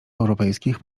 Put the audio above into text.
europejskich